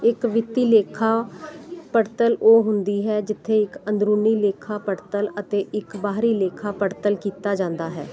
ਇੱਕ ਵਿੱਤੀ ਲੇਖਾ ਪੜਤਲ ਉਹ ਹੁੰਦੀ ਹੈ ਜਿੱਥੇ ਇੱਕ ਅੰਦਰੂਨੀ ਲੇਖਾ ਪੜਤਲ ਅਤੇ ਇੱਕ ਬਾਹਰੀ ਲੇਖਾ ਪੜਤਲ ਕੀਤਾ ਜਾਂਦਾ ਹੈ